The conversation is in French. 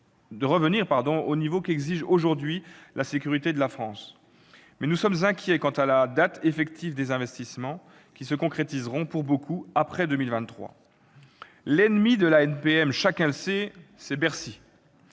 de revenir au niveau qu'exige aujourd'hui la sécurité de la France. Mais nous sommes inquiets quant à la date effective des investissements, qui se concrétiseront pour beaucoup après 2023. L'ennemi de la LPM- chacun le sait -, c'est Bercy.